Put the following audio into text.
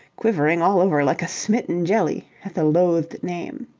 quivering all over like a smitten jelly at the loathed name.